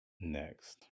next